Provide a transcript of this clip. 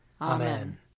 Amen